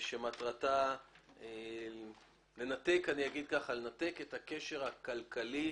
שמטרתה לנתק את הקשר הכלכלי